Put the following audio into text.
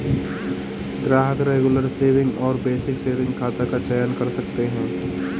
ग्राहक regular saving और basic saving खाता का चयन कर सकते है